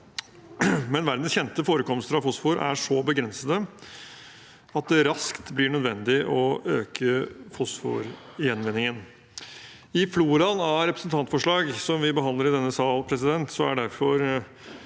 men verdens kjente forekomster av fosfor er så begrensede at det raskt blir nødvendig å øke fosfor-gjenvinningen. I floraen av representantforslag vi behandler i denne sal, er derfor